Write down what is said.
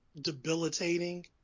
debilitating